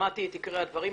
שמעתי את עיקרי הדברים,